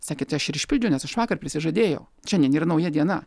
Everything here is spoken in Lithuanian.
sakė tai aš ir išpildžiau nes aš vakar prisižadėjau šiandien yra nauja diena